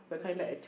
okay